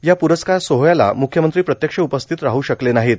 या प्रस्कार सोहळ्याला मुख्यमंत्री प्रत्यक्ष उपस्थित राहू शकले नाहोत